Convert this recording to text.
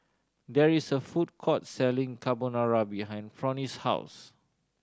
there is a food court selling Carbonara behind Fronnie's house